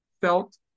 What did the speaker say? felt